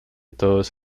todos